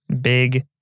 big